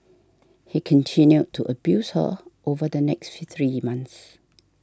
he continued to abuse her over the next three months